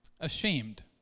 ashamed